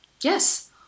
Yes